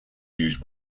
used